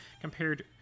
compared